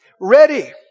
ready